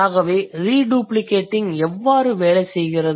ஆகவே reduplicating எவ்வாறு வேலைசெய்கிறது